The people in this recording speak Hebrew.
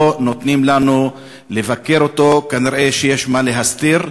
לא נותנים לנו לבקר אותו, כנראה יש מה להסתיר.